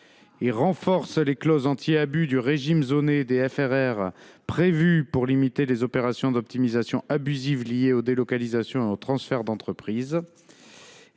à renforcer les clauses anti abus du régime zoné des FRR prévues pour limiter les opérations d’optimisation abusive liées aux délocalisations et aux transferts d’entreprises.